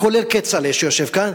כולל כצל'ה שיושב כאן,